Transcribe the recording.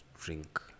drink